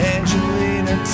Angelina